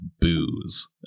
booze